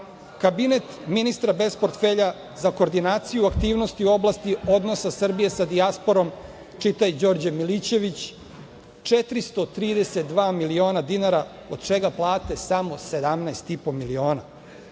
miliona. Kabinet ministra bez portfelja za koordinaciju aktivnosti u oblasti odnosa Srbije sa dijasporom, čitaj Đorđe Milićević, 432 miliona dinara, od čega plate samo 17,5 miliona. Kabinet